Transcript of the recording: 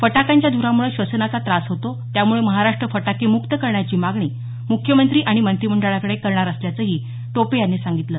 फटाक्यांच्या धुरामुळे श्वसनाचा त्रास होतो त्यामुळे महाराष्ट्र फटाकेमुक्त करण्याची मागणी मुख्यमंत्री आणि मंत्रिमंडळाकडे करणार असल्याचंही टोपे यांनी सांगितलं